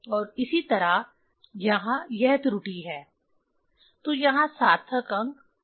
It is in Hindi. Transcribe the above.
और इसी तरह यहां यह त्रुटि है तो यहां सार्थक अंक 5 है